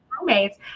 roommates